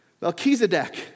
Melchizedek